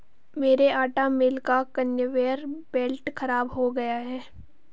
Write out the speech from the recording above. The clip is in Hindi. मेरे आटा मिल का कन्वेयर बेल्ट खराब हो गया है